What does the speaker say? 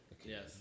Yes